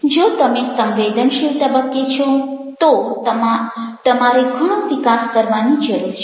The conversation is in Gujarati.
જો તમે સંવેદનશીલ તબક્કે છો તો તમારે ઘણો વિકાસ કરવાની જરૂર છે